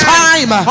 time